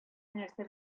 нәрсә